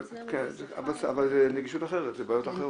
כן, אבל זו נגישות אחרת, אלה בעיות אחרות.